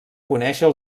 conèixer